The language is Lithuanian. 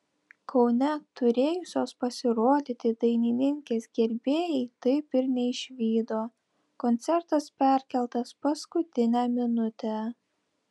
kaune turėjusios pasirodyti dainininkės gerbėjai taip ir neišvydo koncertas perkeltas paskutinę minutę